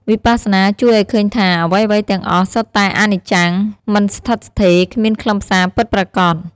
វិបស្សនាជួយឱ្យឃើញថា អ្វីៗទាំងអស់សុទ្ធតែអនិច្ចំ មិនស្ថិតស្ថេរ គ្មានខ្លឹមសារពិតប្រាកដ។